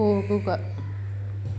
പോകുക